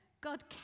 God